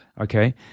Okay